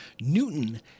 Newton